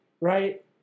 right